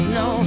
no